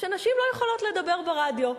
שנשים לא יכולות לדבר ברדיו.